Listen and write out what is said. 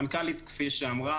כפי שהמנכ"לית אמרה,